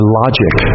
logic